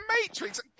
Matrix